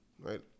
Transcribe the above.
right